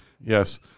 Yes